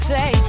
say